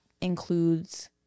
includes